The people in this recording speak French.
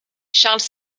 charles